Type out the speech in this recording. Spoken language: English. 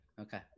okay